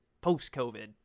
post-covid